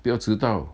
不要迟到